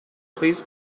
please